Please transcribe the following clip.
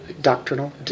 Doctrinal